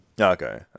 Okay